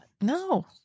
No